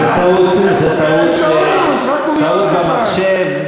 זו טעות במחשב.